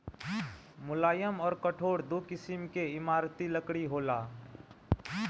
मुलायम अउर कठोर दू किसिम के इमारती लकड़ी होला